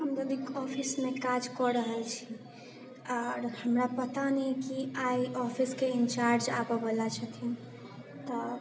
हम यदि ऑफिस मे काज कऽ रहल छी आर हमरा पता नहि कि आइ ऑफिस के इन्चार्ज आबऽ बला छथिन तऽ